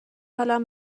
حالم